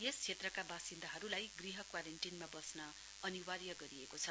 यस क्षेत्रका बासिन्दाहरूलाई गृह क्वारेन्टिनमा बस्न अनिवार्य गरिएको छ